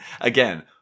Again